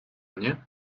nie